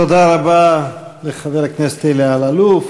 תודה רבה לחבר הכנסת אלי אלאלוף,